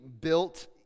built